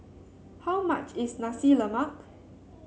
how much is Nasi Lemak